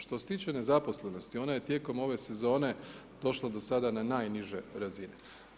Što se tiče nezaposlenosti, ona je tijekom ove sezone došla do sada na najniže razine.